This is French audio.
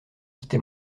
quitter